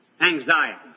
anxiety